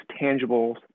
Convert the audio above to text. tangibles